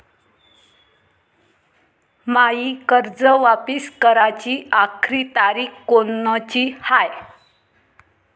मायी कर्ज वापिस कराची आखरी तारीख कोनची हाय?